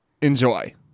enjoy